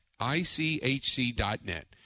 ICHC.net